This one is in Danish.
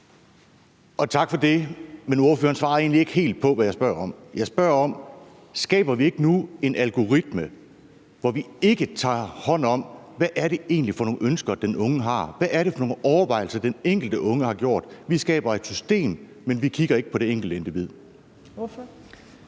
: Tak for det. Men ordføreren svarer egentlig ikke helt på, hvad jeg spørger om. Jeg spørger, om vi ikke nu skaber en algoritme, hvor vi ikke tager hånd om, hvad det egentlig er for nogle ønsker, den unge har, eller hvad det er for nogle overvejelser, den enkelte unge har gjort sig. Vi skaber et system, men vi kigger ikke på det enkelte individ. Kl.